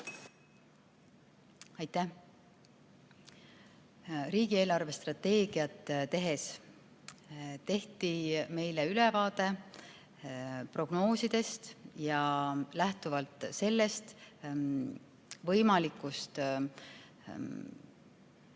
Aitäh! Riigi eelarvestrateegiat tehes tehti meile ülevaade prognoosidest ja sellest võimalikust